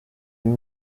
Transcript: uyu